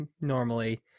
normally